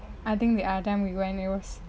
I think the other time we went it was